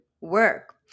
work